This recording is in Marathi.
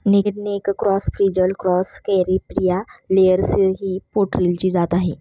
naked neck cross, frizzle cross, Caripriya layers ही पोल्ट्रीची जात आहे